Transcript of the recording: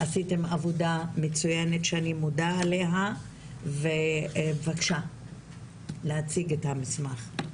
עשיתן עבודה מצוינת שאני מודה עליה ובבקשה להציג את המסמך.